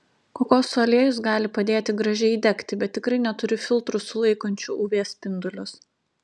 kokosų aliejus gali padėti gražiai įdegti bet tikrai neturi filtrų sulaikančių uv spindulius